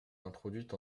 introduite